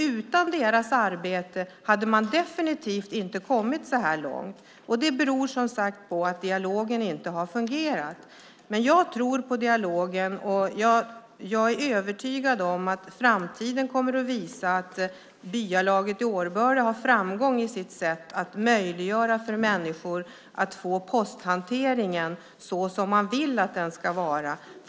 Utan deras arbete hade man definitivt inte kommit så långt. Det beror på att dialogen inte har fungerat. Jag tror på dialogen, och jag är övertygad om att framtiden kommer att visa att byalaget i Årböle har framgång i sitt sätt att göra det möjligt för människor att få en posthantering som de vill ha den.